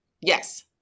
Yes